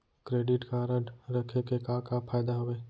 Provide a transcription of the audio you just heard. Credit card रखे के का का फायदा हवे?